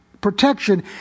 protection